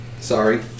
Sorry